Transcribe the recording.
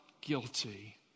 guilty